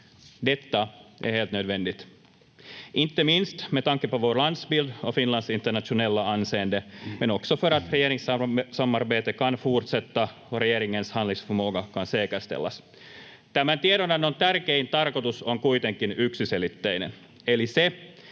säkerställas. Tämän tiedonannon tärkein tarkoitus on kuitenkin yksiselitteinen eli se,